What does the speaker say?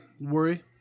worry